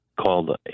called